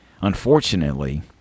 unfortunately